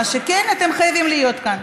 מה שכן, אתם חייבים להיות כאן.